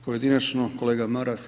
Pojedinačno kolega Maras.